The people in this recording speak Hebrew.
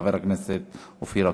חבר הכנסת אופיר אקוניס.